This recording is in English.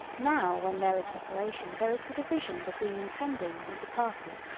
now when there is separation there is the division between intending and departing.